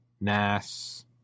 Nass